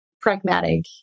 pragmatic